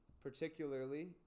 particularly